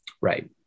Right